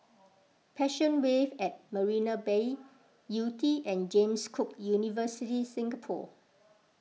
Passion Wave at Marina Bay Yew Tee and James Cook University Singapore